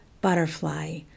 butterfly